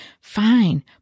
fine